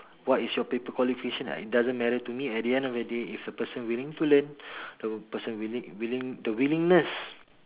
what is your paper qualification it doesn't matter to me at the end of the day if the person willing to learn the person willing willing the willingness